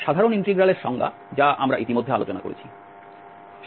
সাধারণ ইন্টিগ্রাল এর সংজ্ঞা যা আমরা ইতিমধ্যে আলোচনা করেছি